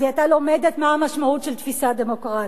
אז היא היתה לומדת מהי המשמעות של תפיסה דמוקרטית.